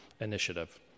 initiative